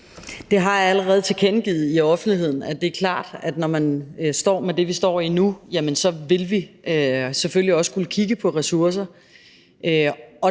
Det har jeg allerede tilkendegivet i offentligheden. Det er klart, at når man står med det, vi står med nu, så vil vi selvfølgelig også skulle kigge på ressourcer.